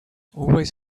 always